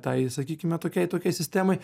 tai sakykime tokiai tokiai sistemai